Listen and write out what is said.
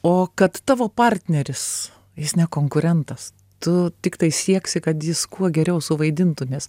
o kad tavo partneris jis ne konkurentas tu tiktai sieksi kad jis kuo geriau suvaidintų nes